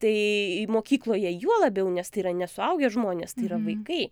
tai mokykloje juo labiau nes tai yra nesuaugę žmonės tai yra vaikai